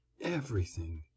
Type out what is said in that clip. Everything